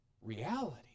reality